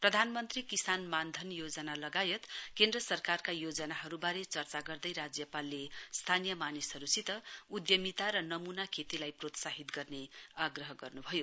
प्रधानमन्त्री किसान मानधन योजना लगायत केन्द्र सरकारका योजनाहरुबारे चर्चा गर्दै राज्यपालले स्थानीय मानिसहरूसित उद्यमिता र नमूना खेतीलाई प्रोत्साहित गर्ने आग्रह गर्नुभयो